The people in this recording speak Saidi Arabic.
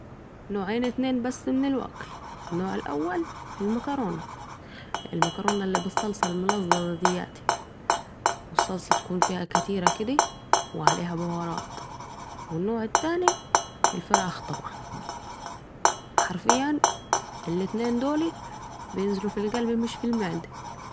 نوعين اتنين بس من الوكل, النوع الاول المكرونة الي بالصلصه الملظلظه دياتي و الصلصه تكون فيها كتيره كده والنوع الثاني الفراخ حرفياً الاتنين دول بينزلو القلب مش في المعده